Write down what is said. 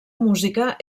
música